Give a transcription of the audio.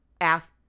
asked